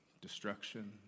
destruction